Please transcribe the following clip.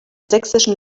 sächsischen